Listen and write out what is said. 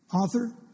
author